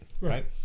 right